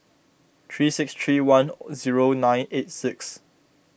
three six three one zero nine eight six